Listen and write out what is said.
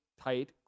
tight